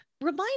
Remind